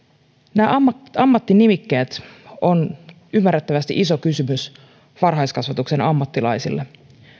nämä ammattinimikkeet ovat ymmärrettävästi iso kysymys varhaiskasvatuksen ammattilaisille